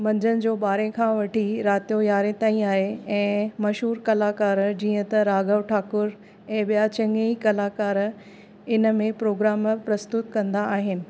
मंझंदि जो ॿारहें खां वठी राति जो यारहें तईं आहे ऐं मशहूर कलाकारु जीअं त राघव ठाकुर ऐं ॿिया चङे ई कलाकार इन में प्रोग्राम प्रस्तुत कंदा आहिनि